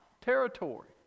territory